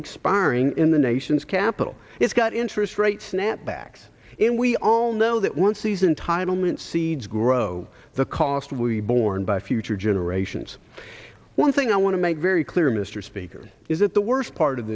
expiring in the nation's capital it's got interest rates snap backs and we all know that one season title meant seeds grow the cost will be borne by future generations one thing i want to make very clear mr speaker is that the worst part of